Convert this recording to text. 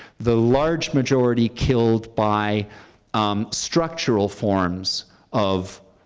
the large majority killed by um structural forms of